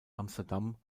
amsterdam